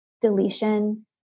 deletion